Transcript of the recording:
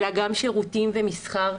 אלא גם שירותים ומסחר.